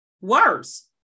worse